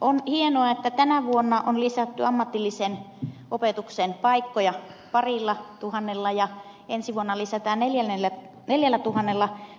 on hienoa että tänä vuonna on lisätty ammatillisen opetuksen paikkoja parilla tuhannella ja ensi vuonna lisätään neljällä tuhannella